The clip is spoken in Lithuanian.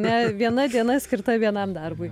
ane viena diena skirta vienam darbui